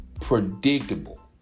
predictable